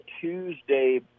Tuesday